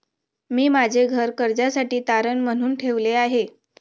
मी माझे घर कर्जासाठी तारण म्हणून ठेवले आहे